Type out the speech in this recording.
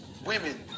women